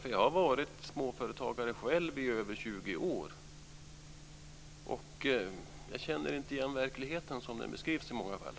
Jag har själv varit småföretagare i över 20 år, och jag känner inte igen verkligheten som den beskrivs i många fall.